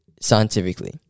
scientifically